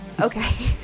Okay